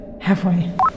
Halfway